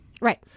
Right